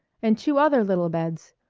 and two other little beds.